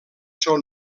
són